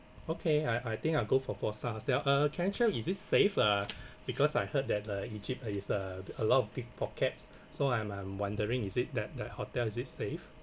okay I I think I'll go for four star hotel uh can I check is it safe uh because I heard that uh egypt is a a lot of pickpockets so I'm I'm wondering is it that that hotel is it safe